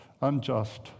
unjust